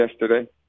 yesterday